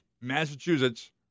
Massachusetts